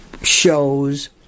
shows